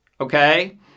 okay